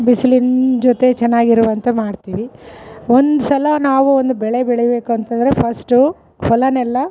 ಬಿಸ್ಲಿನ ಜೊತೆ ಚೆನ್ನಾಗಿರುವಂತ್ ಮಾಡ್ತೀವಿ ಒಂದು ಸಲ ನಾವು ಒಂದು ಬೆಳೆ ಬೆಳಿಬೇಕು ಅಂತಂದರೆ ಫಸ್ಟು ಹೊಲನೆಲ್ಲ